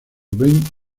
ben